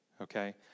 okay